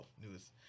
news